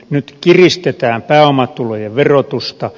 nyt kiristetään pääomatulojen verotusta